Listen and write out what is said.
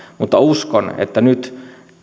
mutta uskon että nyt